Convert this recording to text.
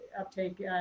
uptake